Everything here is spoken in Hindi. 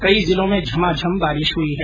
कई जिलों में झमाझम बारिष हई है